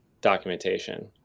documentation